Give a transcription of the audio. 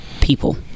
people